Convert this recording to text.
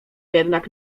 jednak